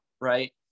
right